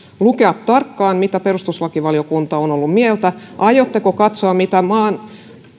lukea tarkkaan mitä perustuslakivaliokunta on ollut mieltä aiotteko katsoa mitä maan